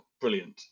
brilliant